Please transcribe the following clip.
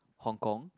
Hong-Kong